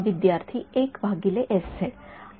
विद्यार्थीः १ एक भागिले एस झेड